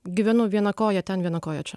gyvenu viena koja ten viena koja čia